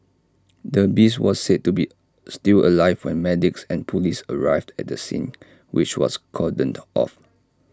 the beast was said to be still alive when medics and Police arrived at the scene which was cordoned off